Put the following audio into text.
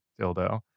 dildo